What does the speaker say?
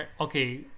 Okay